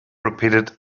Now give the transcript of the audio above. repeated